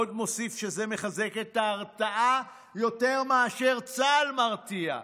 ועוד מוסיף שזה מחזק את ההרתעה יותר מאשר צה"ל מרתיע,